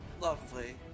Lovely